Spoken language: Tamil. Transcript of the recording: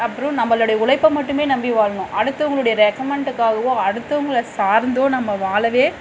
அப்புறம் நம்மளோட உழைப்ப மட்டுமே நம்பி வாழணும் அடுத்தவர்களோடைய ரெக்கமெண்ட்டுகாகவாே அடுத்தவங்கள சார்ந்தோ நம்ம வாழவே